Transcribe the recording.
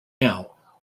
now